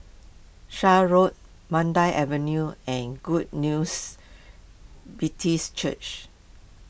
Shan Road Mandai Avenue and Good News Baptist Church